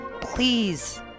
Please